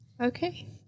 Okay